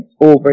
over